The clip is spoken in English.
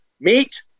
meet